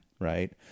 Right